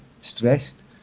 stressed